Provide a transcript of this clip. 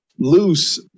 Loose